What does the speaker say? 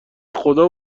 خدا